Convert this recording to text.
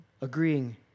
agreeing